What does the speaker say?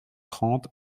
trente